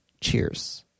Cheers